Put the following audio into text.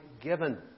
given